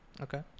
Okay